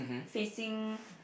facing